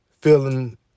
feeling